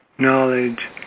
knowledge